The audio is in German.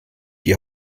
die